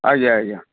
ଆଜ୍ଞା ଆଜ୍ଞା